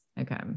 okay